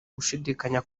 gushidikanya